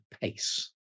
pace